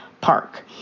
Park